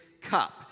cup